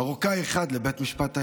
מרוקאי אחד לבית המשפט העליון.